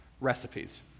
recipes